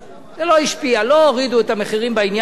זה לא השפיע, לא הורידו את המחירים בעניין הזה.